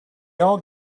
all